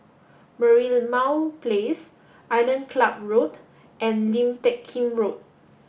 Merlimau Place Island Club Road and Lim Teck Kim Road